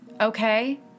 okay